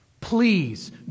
Please